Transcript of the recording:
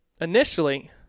initially